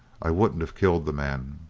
i wouldn't have killed the man.